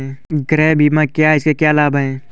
गृह बीमा क्या है इसके क्या लाभ हैं?